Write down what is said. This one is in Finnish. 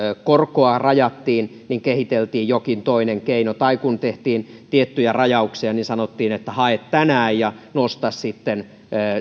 korkoa rajattiin niin kehiteltiin jokin toinen keino tai kun tehtiin tiettyjä rajauksia niin sanottiin että hae tänään ja nosta sitten